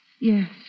Yes